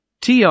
TR